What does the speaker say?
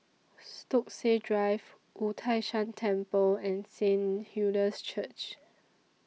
Stokesay Drive Wu Tai Shan Temple and Saint Hilda's Church